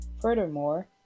Furthermore